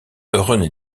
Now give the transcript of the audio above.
rené